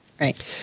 Right